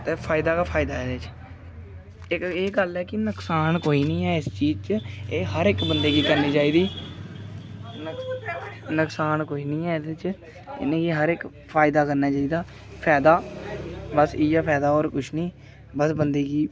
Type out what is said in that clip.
ते फायदा गै फायदा ऐ एह्दे च इक एह् गल्ल ऐ कि नुकसान कोई निं ऐ इस चीज च एह् हर इक बंदे गी करनी चाहिदी नुकसान कोई निं ऐ एह्दे च इ'नें गी हर इक फायदा करना चाहिदी फैदा बस इ'यै फैदा होर कुछ निं बस बंदे गी